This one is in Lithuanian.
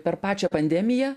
per pačią pandemiją